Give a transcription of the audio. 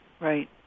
Right